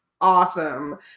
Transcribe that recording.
awesome